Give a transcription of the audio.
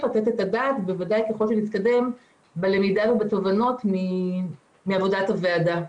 לתת את הדעת בוודאי ככל שנתקדם בלמידה ובתובנות מעבודת הוועדה.